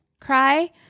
cry